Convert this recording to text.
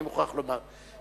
אני מוכרח לומר.